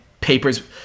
papers